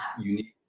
unique